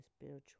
spiritual